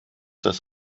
das